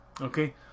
Okay